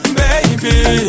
baby